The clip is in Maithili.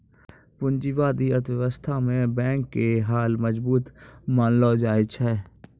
पूंजीबादी अर्थव्यवस्था मे बैंक के हाल मजबूत मानलो जाय छै